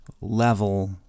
level